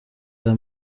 bwa